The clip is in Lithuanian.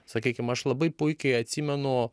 sakykim aš labai puikiai atsimenu